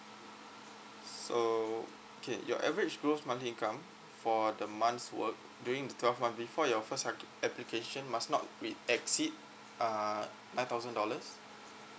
so okay your average gross monthly income for the months work during the twelve monthly before your first application must not be exceed uh nine thousand dollars